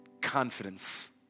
confidence